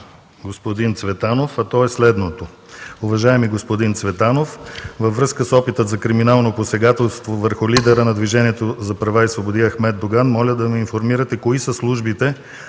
господин Цветанов, а то е следното: Уважаеми господин Цветанов, във връзка с опита за криминално посегателство върху лидера на Движението за права и свободи Ахмед Доган, моля да ме информирате кои са службите,